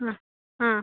ಹಾಂ ಹಾಂ